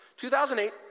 2008